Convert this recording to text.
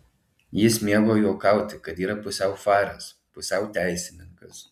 jis mėgo juokauti kad yra pusiau faras pusiau teisininkas